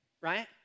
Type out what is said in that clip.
Right